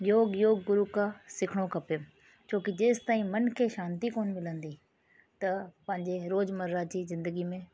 योग योग कुल खां सिखिणो खपे छो की जेसिताईं मन खे शांती कोन्ह मिलंदी त पंहिंजे रोजमर्रा जी ज़िंदगी में